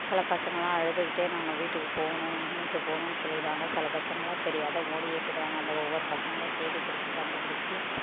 சில பசங்கள்லாம் அழுதுக்கிட்டே நாங்கள் வீட்டுக்குப் போகணும் வீட்டுக்குப் போகணுன்னு சொல்லிருவாங்க சில பசங்கள்லாம் தெரியாத ஓடியே போய்விடுவாங்க அந்த ஒவ்வொரு பசங்களையும் தேடி பிடிச்சி கண்டுபிடிச்சி